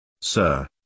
Sir